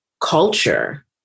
culture